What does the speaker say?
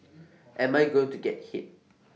am I going to get hit